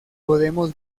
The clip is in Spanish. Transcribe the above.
podemos